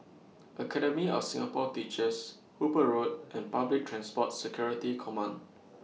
Academy of Singapore Teachers Hooper Road and Public Transport Security Command